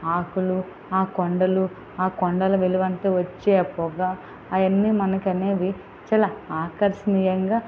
ఆకులు ఆ కొండలు ఆ కొండల వెలువంటు వచ్చే ఆ పొగ అవి అన్నీ మనకి అనేవి చాలా ఆకర్షణీయంగా